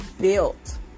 Built